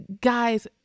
guys